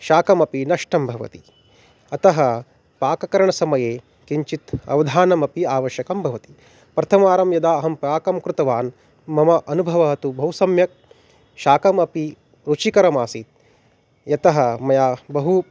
शाकमपि नष्टं भवति अतः पाककरणसमये किञ्चित् अवधानमपि आवश्यकं भवति प्रथमवारं यदा अहं पाकं कृतवान् मम अनुभवः तु बहु सम्यक् शाकमपि रुचिकरम् आसीत् यतः मया बहु